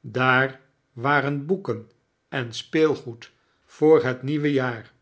daar waren boeken en speelgoed voor het nieuwe jaar